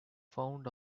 found